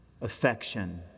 affection